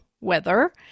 weather